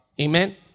Amen